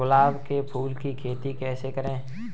गुलाब के फूल की खेती कैसे करें?